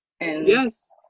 Yes